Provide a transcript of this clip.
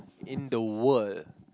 in the world